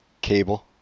Cable